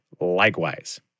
likewise